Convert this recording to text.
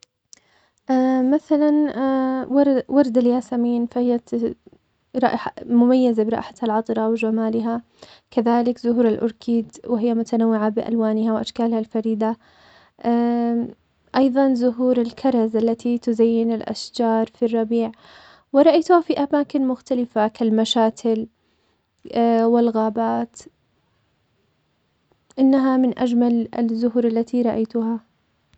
مثلاً, ور- ورد الياسمين فهي تت- رائح- مميزة برائحتها العطرة وجمالها, كذلك زهور الأوركيد, وهي متنوعة بألوانها وأشكالها الفريدة, أيضاً زهور الكرز التي تزين الأشجار في الربيع, ورأيتها في أمماكن مختلفة كالمشاتل, والغابات, إنها من أجمل الزهور التي رأيتها.